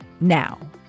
Now